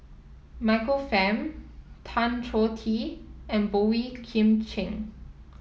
Michael Fam Tan Choh Tee and Boey Kim Cheng